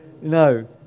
No